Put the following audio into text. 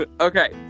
Okay